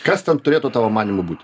kas ten turėtų tavo manymu būti